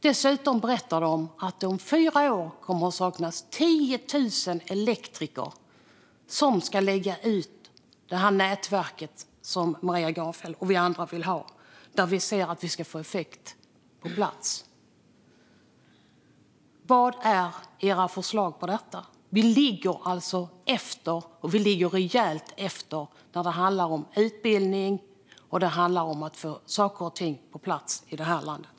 Dessutom berättar de att det om fyra år kommer att saknas 10 000 elektriker som ska lägga ut det nätverk som Maria Gardfjell och vi andra vill ha för att få effekt på plats. Vad är era förslag om detta? Vi ligger rejält efter när det handlar om utbildning och att få saker och ting på plats i det här landet.